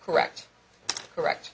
correct correct